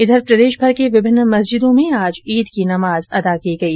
इधर प्रदेशमर की विभिन्न मस्जिदों में आज ईद की नमाज अदा की गई